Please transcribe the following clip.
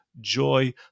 joy